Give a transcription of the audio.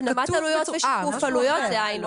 הפנמת עלויות ושיקוף עלויות זה היינו.